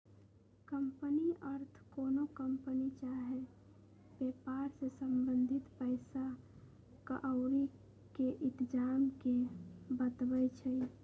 company अर्थ कोनो company चाही वेपार से संबंधित पइसा क्औरी के इतजाम के बतबै छइ